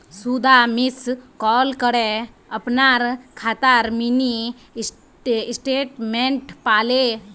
सुधा miss call करे अपनार खातार मिनी स्टेटमेंट पाले